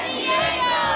Diego